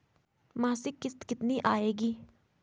मासिक किश्त कितनी आएगी?